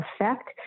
effect